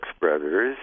Brothers